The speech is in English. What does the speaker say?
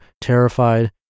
terrified